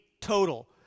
total